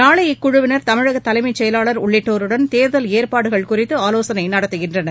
நாளை இக்குழுவினா் தமிழக தலைமைச் செயலாளா் உள்ளிட்டோருடன் தேர்தல் ஏற்பாடுகள் குறித்து ஆலோசனை நடத்துகின்றனர்